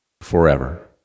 forever